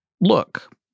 look